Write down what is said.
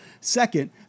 Second